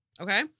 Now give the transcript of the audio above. Okay